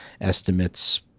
estimates